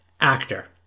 actor